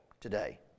today